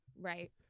Right